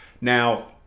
Now